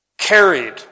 carried